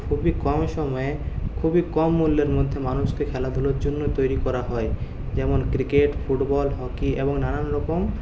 খুবই কম সময়ে খুবই কম মূল্যের মধ্যে মানুষকে খেলাধুলোর জন্য তৈরি করা হয় যেমন ক্রিকেট ফুটবল হকি এবং নানান রকম